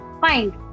find